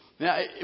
Now